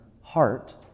heart